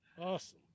awesome